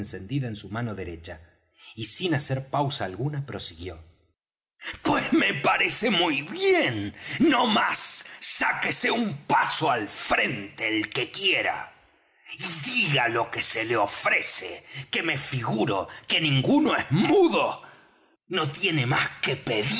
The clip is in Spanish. encendida en su mano derecha y sin hacer pausa alguna prosiguió pues me parece muy bien no más sáquese un paso al frente el que quiera y diga lo que se le ofrece que me figuro que ninguno es mudo no tiene más que pedir